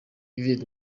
yves